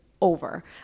over